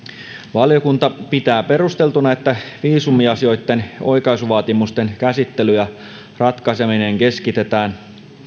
valiokunta pitää perusteltuna että viisumiasioitten oikaisuvaatimusten käsittely ja ratkaiseminen keskitetään